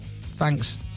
Thanks